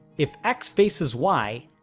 if x faces y,